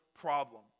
problem